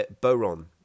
boron